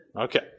Okay